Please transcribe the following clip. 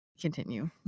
continue